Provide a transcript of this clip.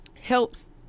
helps